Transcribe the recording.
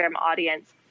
audience